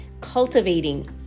cultivating